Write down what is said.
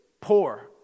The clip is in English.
poor